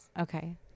Okay